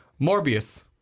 Morbius